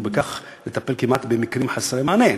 וכך לטפל במקרים כמעט חסרי מענה.